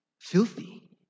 filthy